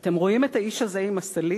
אתם רואים את האיש הזה עם הסלים?